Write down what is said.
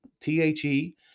T-H-E